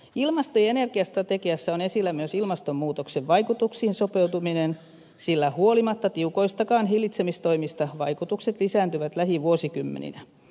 ilmasto ja energiastrategiassa on esillä myös ilmastonmuutoksen vaikutuksiin sopeutuminen sillä huolimatta tiukoistakaan hillitsemistoimista vaikutukset lisääntyvät lähivuosikymmeninä